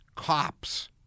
cops